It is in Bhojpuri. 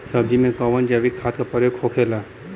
सब्जी में कवन जैविक खाद का प्रयोग होखेला?